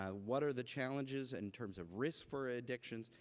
ah what are the challenges in terms of risk for addictions,